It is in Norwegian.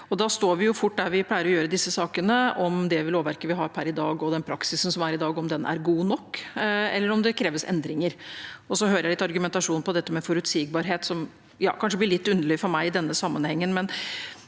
da står vi fort der vi pleier å gjøre i disse sakene: om det lovverket vi har per i dag, er godt nok, og om den praksisen som er i dag, er god nok, eller om det kreves endringer. Jeg hører argumentasjon om forutsigbarhet, som kanskje blir litt underlig for meg i denne sammenhengen.